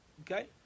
Okay